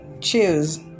Cheers